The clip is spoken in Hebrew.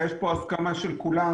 יש פה הסכמה של כולם,